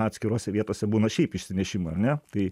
atskirose vietose būna šiaip išsinešimui ar ne tai